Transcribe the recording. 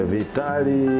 Vitali